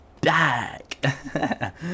back